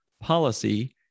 policy